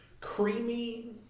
creamy